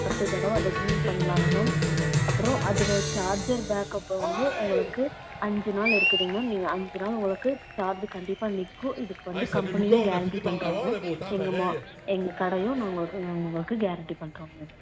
பத்து தடவை அதை ஜூம் பண்ணலாங்க மேம் அப்புறம் அதில் ஓ சார்ஜர் பேக்கப்ப வந்து உங்களுக்கு அஞ்சு நாள் இருக்குதுங்க மேம் நீங்கள் அஞ்சு நாள் உங்களுக்கு சார்ஜ் கண்டிப்பாக நிற்கும் இதுக்கு வந்து கம்பெனியும் கேரண்டி பண்ணுறாங்க எங்கள் மா எங்கள் கடையும் நான் உங்களுக்கு உங் உங்களுக்கு கேரண்டி பண்றோங்க மேம்